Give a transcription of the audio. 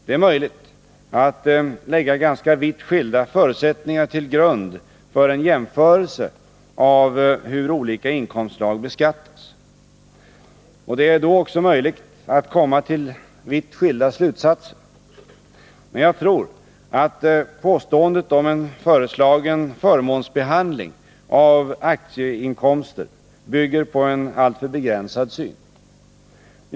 Det är möjligt att lägga ganska vitt skilda förutsättningar till grund för en jämförelse av hur olika inkomstslag beskattas. Och det är då också möjligt att komma till vitt skilda slutsatser. Men jag tror att påståendet om en föreslagen förmånsbehandling av aktieinkomster bygger på en alltför begränsad syn.